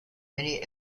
many